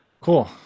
Cool